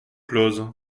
clause